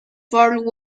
fort